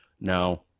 Now